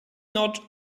not